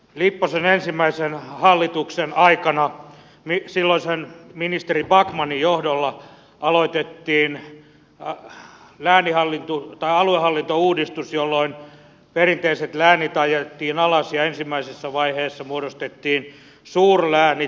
lipposen ensimmäisen hallituksen aikana silloisen ministeri backmanin johdolla aloitettiin aluehallintouudistus jolloin perinteiset läänit ajettiin alas ja ensimmäisessä vaiheessa muodostettiin suurläänit